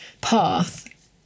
path